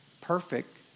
Perfect